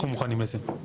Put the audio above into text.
אנחנו מוכנים לזה.